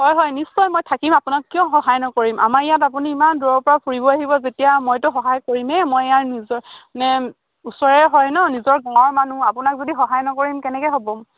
হয় হয় নিশ্চয় মই থাকিম আপোনাক কিয় সহায় নকৰিম আমাৰ ইয়াত আপুনি ইমান দূৰৰপৰা ফুৰিব আহিব যেতিয়া মইতো সহায় কৰিমেই মই ইয়াৰ নিজৰ মানে ওচৰৰে হয় ন নিজৰ গাঁৱৰ মানুহ আপোনাক যদি সহায় নকৰিম কেনেকৈ হ'ব